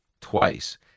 twice